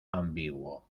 ambiguo